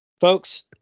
Folks